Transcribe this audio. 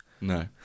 No